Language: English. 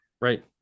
Right